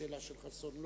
לשאלה של חסון.